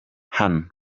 hano